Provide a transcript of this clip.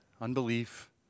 unbelief